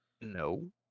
No